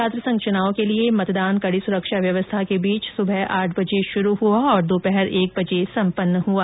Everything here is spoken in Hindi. छात्रसंघ चुनाव के लिए मतदान कड़ी सुरक्षा व्यवस्था के बीच सुबह आठ बजे शुरु हुआ और दोपहर एक बजे सम्पन्न हो गया